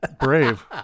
Brave